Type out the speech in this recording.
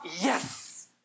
Yes